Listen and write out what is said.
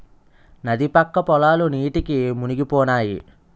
నది పక్క పొలాలు నీటికి మునిగిపోనాయి